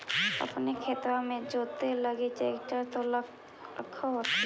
अपने खेतबा मे जोते लगी ट्रेक्टर तो रख होथिन?